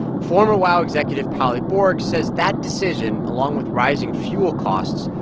former wow executive palli borg says that decision, along with rising fuel costs,